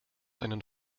einen